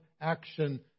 action